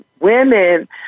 women